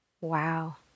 Wow